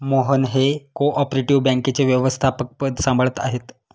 मोहन हे cooperative बँकेचे व्यवस्थापकपद सांभाळत आहेत